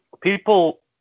people